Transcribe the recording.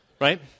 Right